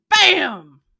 bam